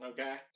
Okay